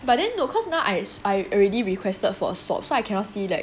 but then no cause now I I already requested for a swap so I cannot see like